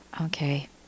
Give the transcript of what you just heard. Okay